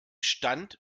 stand